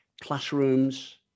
classrooms